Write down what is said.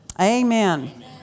Amen